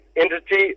entity